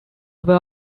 ever